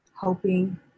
hoping